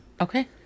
Okay